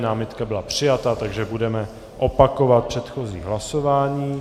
Námitka byla přijata, takže budeme opakovat předchozí hlasování.